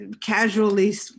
casually